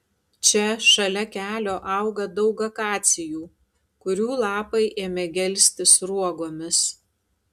čia šalia kelio auga daug akacijų kurių lapai ėmė gelsti sruogomis